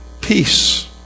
peace